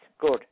good